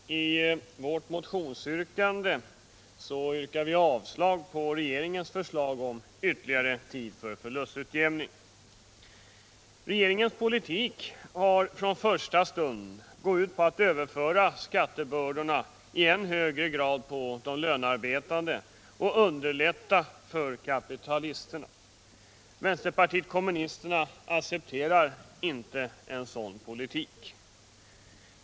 Herr talman! I vår motion yrkar vi avslag på regeringens förslag om ytterligare tid för förlustutjämning. Regeringens politik har från första stund gått ut på att överföra skattebördorna i än högre grad på de lönearbetande och underlätta för kapitalisterna. Vänsterpartiet kommunisterna accepterar inte en sådan politik.